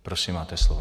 Prosím, máte slovo.